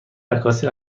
عکاسی